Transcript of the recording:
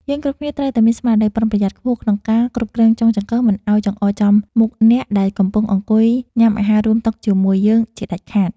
យើងគ្រប់គ្នាត្រូវមានស្មារតីប្រុងប្រយ័ត្នខ្ពស់ក្នុងការគ្រប់គ្រងចុងចង្កឹះមិនឱ្យចង្អុលចំមុខអ្នកដែលកំពុងអង្គុយញ៉ាំអាហាររួមតុជាមួយយើងជាដាច់ខាត។